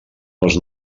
les